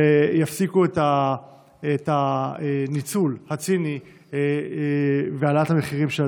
ויפסיק את הניצול הציני והעלאת המחירים של הדירות.